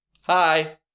Hi